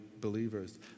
believers